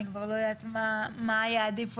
אני כבר לא יודעת מה היה עדיף.